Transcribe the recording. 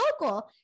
local